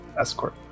escort